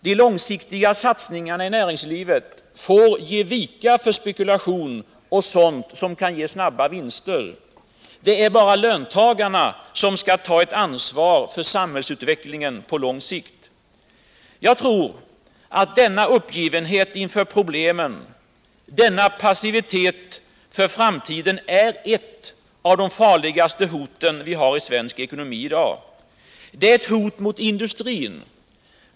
De långsiktiga satsningarna i näringslivet får ge vika för spekulation och sådant som kan ge snabba vinster. Det är bara löntagarna som skall ta ett ansvar för samhällsutvecklingen på lång sikt. Jag tror att denna uppgivenhet inför problemen, denna passivitet inför framtiden, är ett av de farligaste hoten vi har i svensk ekonomi i dag. Den är ett hot mot industrin.